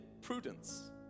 prudence